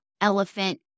Elephant